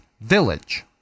village